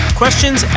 questions